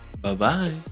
Bye-bye